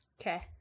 Okay